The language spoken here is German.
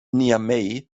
niamey